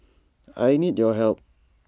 I need your help